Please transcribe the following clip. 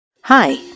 Hi